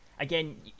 Again